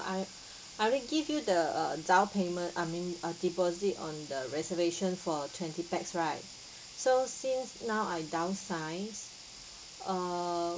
I I already give you the uh down payment I mean uh deposit on the reservation for twenty pax right so since now I downsize err